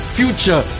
future